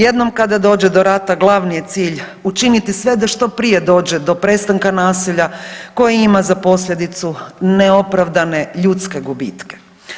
Jednom kada dođe do rata glavni je cilj učiniti sve da što prije dođe do prestanka nasilja koje ima za posljedicu neopravdane ljudske gubitke.